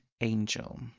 Angel